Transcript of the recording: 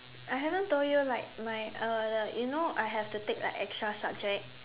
I haven't told you like my uh the you know I have to take like extra subjects